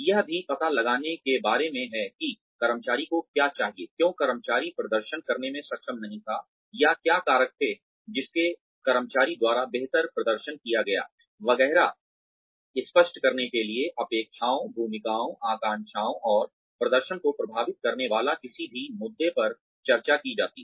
यह भी पता लगाने के बारे में है कि कर्मचारी को क्या चाहिए क्यों कर्मचारी प्रदर्शन करने में सक्षम नहीं था या क्या कारक थे जिससे कर्मचारी द्वारा बेहतर प्रदर्शन किया गया वगैरह स्पष्ट करने के लिए अपेक्षाओं भूमिकाओं आकांक्षाओं और प्रदर्शन को प्रभावित करने वाले किसी भी मुद्दे पर चर्चा की जाती है